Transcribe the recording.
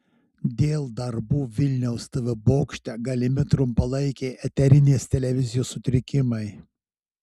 dėl darbų vilniaus tv bokšte galimi trumpalaikiai eterinės televizijos sutrikimai